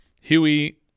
Huey